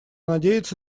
надеется